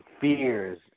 fears